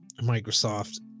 Microsoft